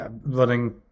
running